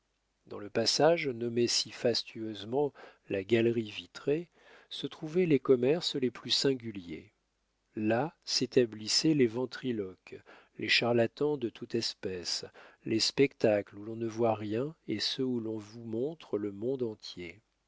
dans le passage nommé si fastueusement la galerie vitrée se trouvaient les commerces les plus singuliers là s'établissaient les ventriloques les charlatans de toute espèce les spectacles où l'on ne voit rien et ceux où l'on vous montre le monde entier